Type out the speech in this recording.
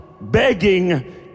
begging